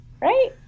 right